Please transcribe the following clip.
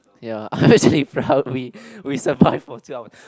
ya we we survive for two hours